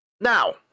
Now